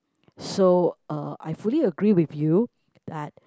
so uh I fully agree with you that